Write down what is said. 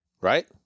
Right